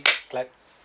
right